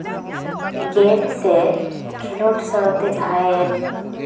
game ᱥᱮ ᱠᱷᱮᱞᱳᱰ ᱥᱟᱶᱛᱮ ᱡᱟᱦᱟᱸᱭᱮ